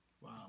Wow